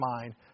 mind